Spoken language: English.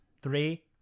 Three